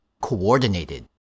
Coordinated